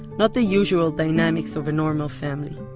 not the usual dynamics of a normal family.